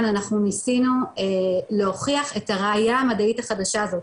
אנחנו ניסינו להוכיח את הראייה המדעית החדשה הזו,